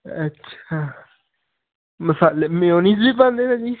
ਮਸਾਲੇ ਮਦੇ